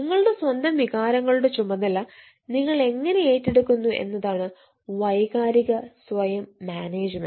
നിങ്ങളുടെ സ്വന്തം വികാരങ്ങളുടെ ചുമതല നിങ്ങൾ എങ്ങനെ ഏറ്റെടുക്കുന്നു എന്നതാണ് വൈകാരിക സ്വയം മാനേജുമെന്റ്